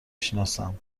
سناسم